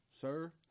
sir